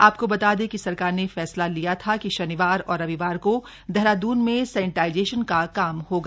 आपको बता दें कि सरकार ने फैसला लिया था कि शनिवार और रविवार को देहरादून में सैनिटाइजेशन का काम होगा